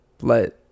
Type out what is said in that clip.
let